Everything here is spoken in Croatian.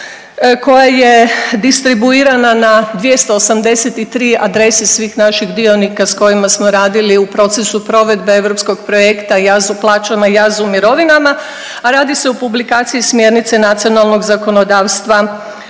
koja je distribuirana na 283 adrese svih naših dionika s kojima smo radili u procesu provedbe europskog projekta, jaz u plaćama i jaz u mirovinama, a radi se o publikaciji smjernice nacionalnog zakonodavstva